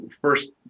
first